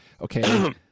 okay